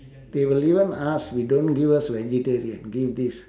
they will even ask we don't give us vegetarian give this